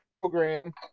program